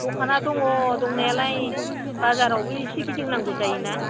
दखाना दङ दंनायालाय बाजारावबो एसे गिदिंनांगौ जायोना